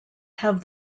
have